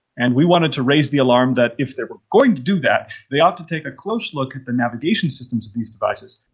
and we wanted to raise the alarm that if they were going to do that they ought to take a close look at the navigation systems of these devices,